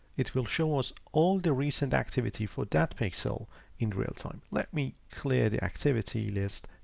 it will show us all the recent activity for that pixel in real time. let me clear the activity list.